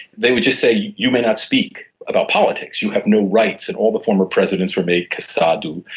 they would just say, you may not speak about politics, you have no rights. and all the former presidents were made cassado. um